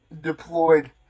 deployed